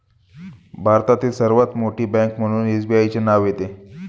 भारतातील सर्वात मोठी बँक म्हणून एसबीआयचे नाव येते